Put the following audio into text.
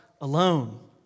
alone